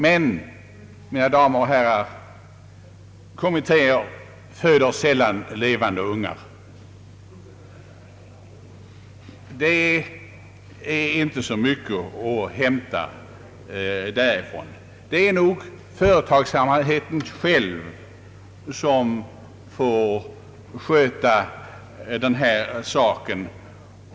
Men, mina damer och herrar, kommittéer föder sällan levande ungar. Det finns som regel inte så mycket att hämta därifrån. Det är nog företagsamheten själv som får sköta den här saken.